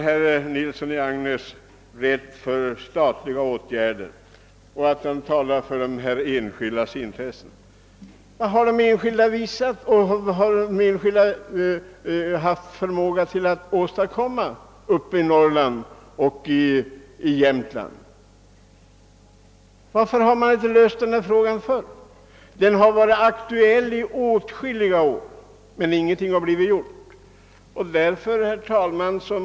Herr Nilsson i Agnäs säger att han är rädd för statliga åtgärder och han förklarar att han talar för de enskildas intressen. Men vilken förmåga har de enskilda visat att åstadkomma någonting i Jämtland och i det övriga Norrland? Varför har man inte löst denna fråga tidigare? Den har varit aktuell i åtskilliga år, men ingenting har blivit gjort. Herr talman!